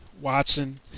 Watson